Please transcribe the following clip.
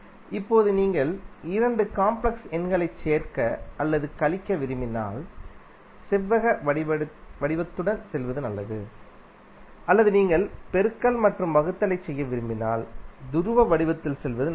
இப்போது நீங்கள் இரண்டு காம்ப்ளெக்ஸ் எண்களைச் சேர்க்க அல்லது கழிக்க விரும்பினால் செவ்வக வடிவத்துடன் செல்வது நல்லது அல்லது நீங்கள் பெருக்கல் மற்றும் வகுத்தலைச் செய்ய விரும்பினால் துருவ வடிவத்தில் செல்வது நல்லது